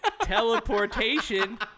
teleportation